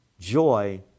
joy